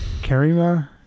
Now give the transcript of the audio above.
Karima